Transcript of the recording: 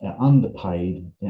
underpaid